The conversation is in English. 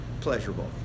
pleasurable